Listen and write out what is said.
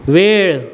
वेळ